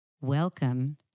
Welcome